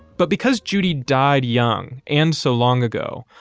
but because judi died young and so long ago,